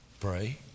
pray